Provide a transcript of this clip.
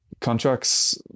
contracts